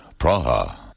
Praha